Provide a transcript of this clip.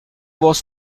was